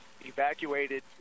evacuated